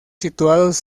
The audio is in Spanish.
situados